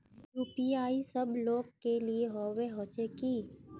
UPI सब लोग के लिए होबे होचे की?